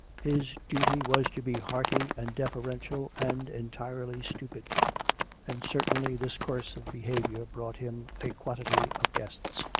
his duty was to be hearty and deferen tial and entirely stupid and certainly this course of be haviour brought him a quantity of guests.